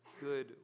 good